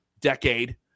decade